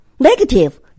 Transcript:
Negative